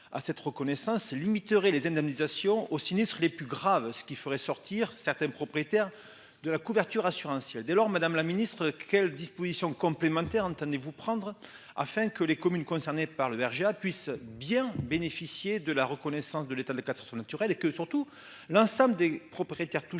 à cette reconnaissance limiterait les indemnisations aux sinistres les plus graves, ce qui ferait sortir certains propriétaires de la couverture assurantielle, dès lors, Madame la Ministre quelles dispositions complémentaires entendez-vous prendre afin que les communes concernées par le berger a puissent bien bénéficier de la reconnaissance de l'état de 400 naturel et que surtout, l'ensemble des propriétaires touchés